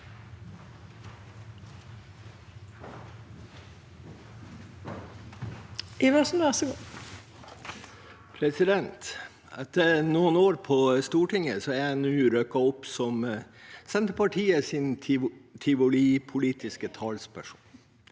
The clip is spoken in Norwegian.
Etter noen år på Stortinget har jeg nå rykket opp som Senterpartiets tivolipolitiske talsperson.